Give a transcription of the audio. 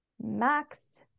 max